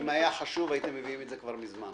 אם היה חשוב, הייתם מביאים את זה כבר מזמן.